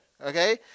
okay